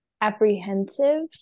apprehensive